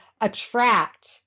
attract